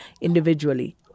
individually